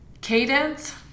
Cadence